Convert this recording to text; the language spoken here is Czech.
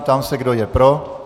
Ptám se, kdo je pro.